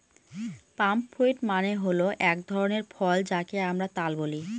পাম fruit মানে হল এক ধরনের ফল যাকে আমরা তাল বলি